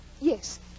Yes